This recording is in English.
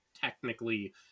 technically